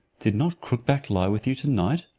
did not crook-back lie with you tonight?